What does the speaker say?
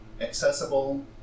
accessible